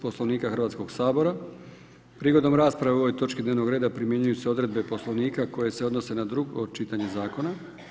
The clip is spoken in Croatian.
Poslovnika Hrvatskog sabora prigodom rasprave o ovoj točki dnevnog reda primjenjuju se odredbe Poslovnika koje se odnose na drugo čitanje zakona.